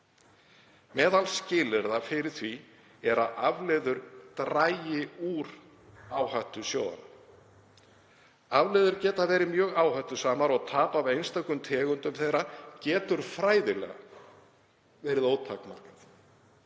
Meðal skilyrða fyrir því er að afleiður dragi úr áhættu sjóðanna. Afleiður geta verið mjög áhættusamar og tap af einstökum tegundum þeirra getur fræðilega verið ótakmarkað.